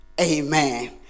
Amen